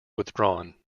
withdrawn